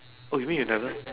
oh you mean you never